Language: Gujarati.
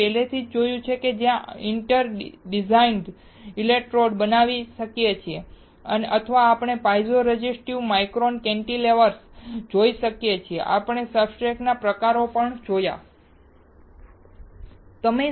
આપણે પહેલેથી જ જોયું છે જ્યાં આપણે ઇન્ટર ડિજિટાઇઝ્ડ ઇલેક્ટ્રોડ બનાવી શકીએ છીએ અથવા આપણે પાઇઝો રેઝિસ્ટિવ માઇક્રો કેન્ટિલેવર્સ જોઈ શકીએ છીએ આપણે સબસ્ટ્રેટનાં પ્રકારો પણ જોયા છે